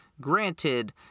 granted